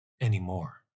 anymore